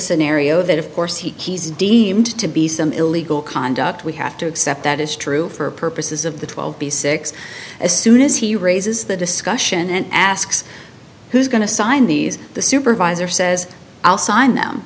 scenario that of course he's deemed to be some illegal conduct we have to accept that is true for purposes of the twelve b six as soon as he raises the discussion and asks who's going to sign these the supervisor says i'll sign them